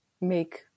make